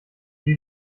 die